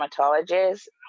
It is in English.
dermatologist